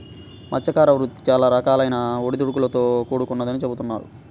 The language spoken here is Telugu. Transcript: మత్స్యకార వృత్తి చాలా రకాలైన ఒడిదుడుకులతో కూడుకొన్నదని చెబుతున్నారు